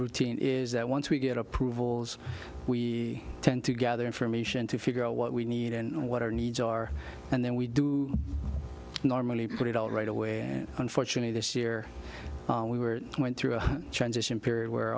routine is that once we get approvals we tend to gather information to figure out what we need and what our needs are and then we do normally put it out right away and unfortunately this year we were went through a transition period where